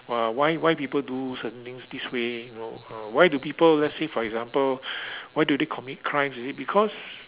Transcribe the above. uh why why people do certain things this way you know uh why do people let's say for example why do they commit crimes you see because